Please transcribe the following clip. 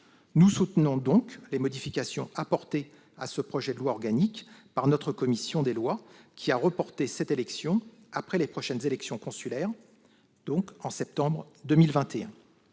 Nous soutenons donc les modifications apportées au projet de loi organique par notre commission des lois, qui a choisi de reporter cette élection après les prochaines élections consulaires, en septembre 2021.